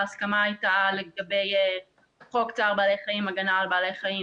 ההסכמה הייתה לגבי חוק צער בעלי חיים (הגנה על בעלי חיים),